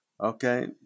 okay